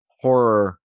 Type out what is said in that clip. horror